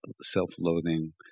self-loathing